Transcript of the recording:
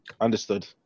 Understood